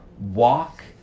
walk